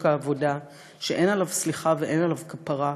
העבודה שאין עליו סליחה ואין עליו כפרה,